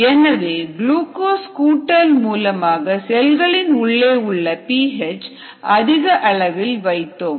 எனவே குளுகோஸ் கூட்டல் மூலமாக செல்களின் உள்ளே உள்ள பி ஹெச் அதிக அளவில் வைத்தோம்